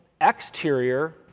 exterior